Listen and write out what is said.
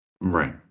Right